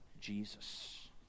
Jesus